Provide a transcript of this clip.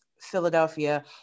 Philadelphia